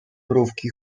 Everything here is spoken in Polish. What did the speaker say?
mrówki